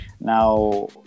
Now